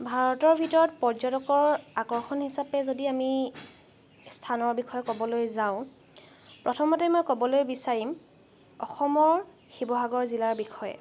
ভাৰতৰ ভিতৰত পৰ্যটকৰ আকৰ্ষণ হিচাপে যদি আমি স্থানৰ বিষয়ে ক'বলৈ যাওঁ প্ৰথমতেই মই ক'বলৈ বিচাৰিম অসমৰ শিৱসাগৰ জিলাৰ বিষয়ে